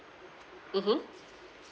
mmhmm